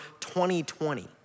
2020